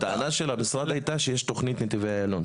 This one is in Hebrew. הטענה של המשרד הייתה שיש תוכנית נתיבי אילון,